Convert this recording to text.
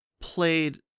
played